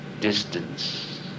distance